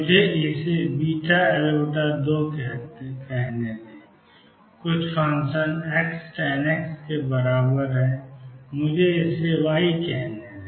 मुझे इसे βL2 कहते हैं कुछ फ़ंक्शन X tan X बराबर है मुझे इसे Y कहते हैं